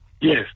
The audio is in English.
Yes